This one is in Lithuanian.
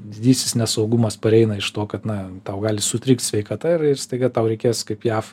didysis nesaugumas pareina iš to kad na tau gali sutrikt sveikata ir ir staiga tau reikės kaip jav